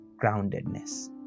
groundedness